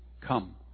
come